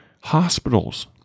hospitals